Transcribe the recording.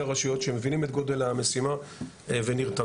הרשויות שמבינים את גודל המשימה ונרתמים.